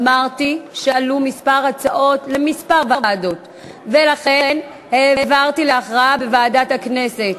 אמרתי שעלו כמה הצעות לכמה ועדות ולכן העברתי להכרעה בוועדת הכנסת.